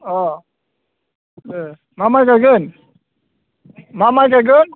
ए मा मा गायगोन मा मा गायगोन